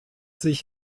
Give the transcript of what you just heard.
sich